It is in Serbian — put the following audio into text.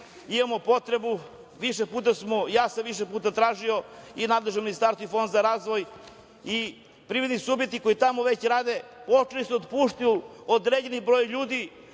imamo potrebu, više puta smo, ja sam više puta tražio i nadležno ministarstvo i Fond za razvoj i privredni subjekti koji tamo već rade počeli su da otpuštaju određeni broj ljudi